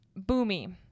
boomy